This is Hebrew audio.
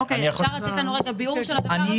אוקיי, אפשר לתת לנו רגע ביאור של הדבר הזה?